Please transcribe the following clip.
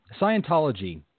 Scientology